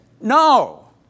No